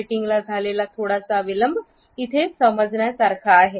मिटींगला झालेला थोडासा विलंब समजण्यासारखा आहे